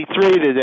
today